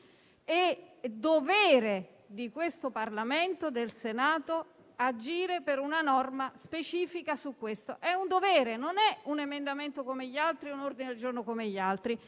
È dovere di questo Parlamento e del Senato agire per una norma specifica su questo. È un dovere; non è un emendamento o un ordine giorno come gli altri.